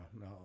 no